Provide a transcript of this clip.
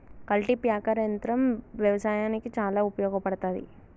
cultipacker యంత్రం వ్యవసాయానికి చాలా ఉపయోగపడ్తది